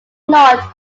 not